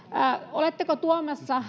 oletteko tuomassa